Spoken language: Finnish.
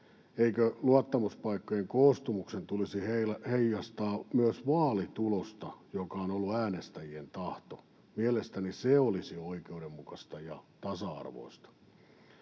Eikö luottamuspaikkojen koostumuksen tulisi heijastaa myös vaalitulosta, joka on ollut äänestäjien tahto? Mielestäni se olisi oikeudenmukaista ja tasa-arvoista.